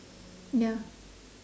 ya